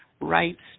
rights